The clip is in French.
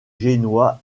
génois